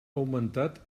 augmentat